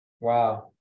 Wow